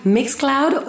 MixCloud